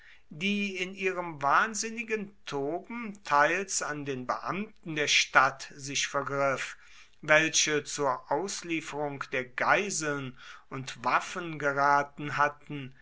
die in ihrem wahnsinnigen toben teils an den beamten der stadt sich vergriff welche zur auslieferung der geiseln und waffen geraten hatten